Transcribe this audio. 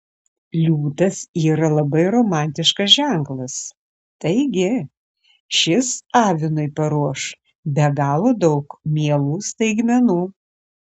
liūtas yra labai romantiškas ženklas taigi šis avinui paruoš be galo daug mielų staigmenų